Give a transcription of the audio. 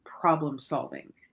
problem-solving